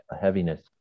heaviness